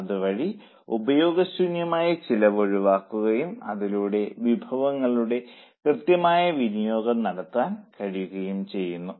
അതുവഴി ഉപയോഗശൂന്യമായ ചിലവ് ഒഴിവാക്കുകയും അതിലൂടെ വിഭവങ്ങളുടെ കൃത്യമായ വിനിയോഗം നടത്താൻ കഴിയുകയും ചെയ്യുന്നു